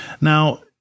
Now